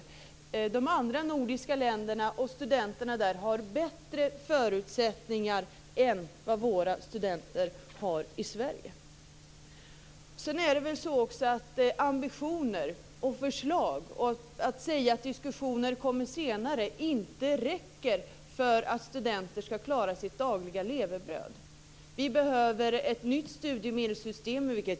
I de andra nordiska länderna har studenterna bättre förutsättningar än vad våra studenter har i Sverige. Sedan är det väl så att ambitioner och förslag och att säga att diskussioner kommer senare inte räcker för att studenter skall klara sitt dagliga levebröd. Vi behöver ett nytt studiemedelssystem.